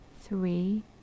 three